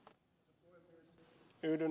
yhdyn ed